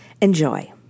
Enjoy